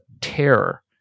terror